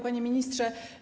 Panie Ministrze!